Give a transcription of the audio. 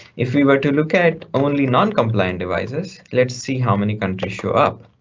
if we were to look at only noncompliant devices, let's see how many countries show up.